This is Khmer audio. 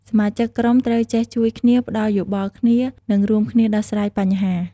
សមាជិកក្រុមត្រូវចេះជួយគ្នា ផ្ដល់យោបល់គ្នា និងរួមគ្នាដោះស្រាយបញ្ហា។